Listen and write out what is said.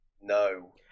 no